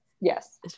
yes